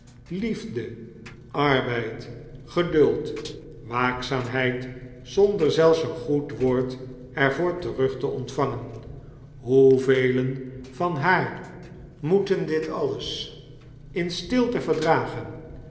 liefde arbeid geduld waakzaamheid zonder zelfs een goed woord er voor terug te ontvangen hoevelen van haar moeten dit alles in stilte verdragen